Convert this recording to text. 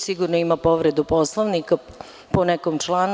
Sigurno ima povredu Poslovnika po nekom članu.